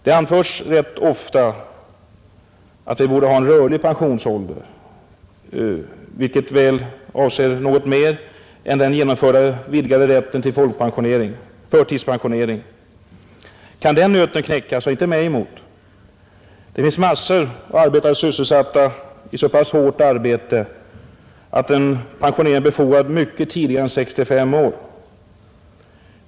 Det anförs rätt ofta att vi borde ha en rörlig pensionsålder, vilket väl avser något mer än den genomförda vidgade rätten till förtidspensionering. Kan den nöten knäckas, så inte mig emot. Det finns massor av arbetare sysselsatta i så pass hårt arbete, att pensionering är befogad mycket tidigare än vid 65 år.